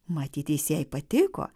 matyt jis jai patiko